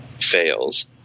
fails